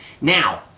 Now